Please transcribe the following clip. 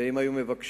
ואם היו מבקשים,